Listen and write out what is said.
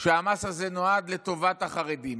שהמס הזה נועד לטובת החרדים.